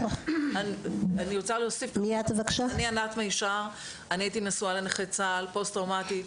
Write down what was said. אני ענת מישר ואני הייתי נשואה לנכה צה"ל פוסט-טראומטי.